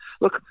Look